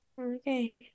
Okay